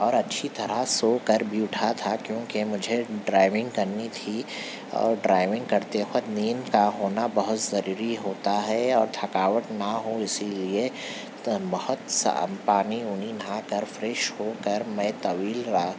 اور اچھی طرح سو کر بھی اٹھا تھا کیونکہ مجھے ڈرائونگ کرنی تھی اور ڈرائونگ کرتے وقت نیند کا ہونا بہت ضروری ہوتا ہے اور تھکاوٹ نہ ہو اسی لیے تو بہت سا پانی اونی نہا کر فریش ہو کر میں طویل راہ